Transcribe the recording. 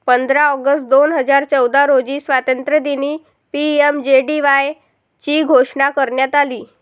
पंधरा ऑगस्ट दोन हजार चौदा रोजी स्वातंत्र्यदिनी पी.एम.जे.डी.वाय ची घोषणा करण्यात आली